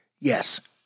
Yes